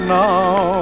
now